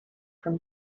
from